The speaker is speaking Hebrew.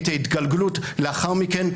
את ההתגלגלות לאחר מכן,